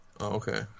okay